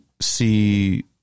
see